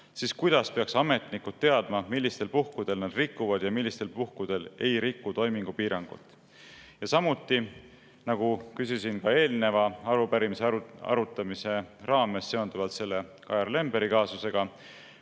siis kuidas peaks ametnikud teadma, millistel puhkudel nad rikuvad ja millistel puhkudel ei riku toimingupiirangut. Ja nagu ma küsisin eelmise arupärimise arutamise raames seonduvalt Kajar Lemberi kaasusega,